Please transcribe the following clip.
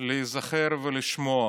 להיזכר ולשמוע,